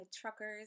truckers